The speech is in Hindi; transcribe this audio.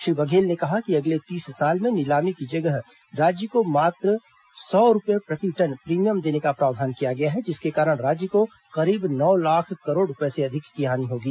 श्री बघेल ने कहा कि अगले तीस साल में नीलामी की जगह राज्य को मात्र सौ रूपए प्रतिटन प्रीमियम देने का प्रावधान किया गया है जिसके कारण राज्य को करीब नौ लाख करोड रूपए से अधिक की हानि होगी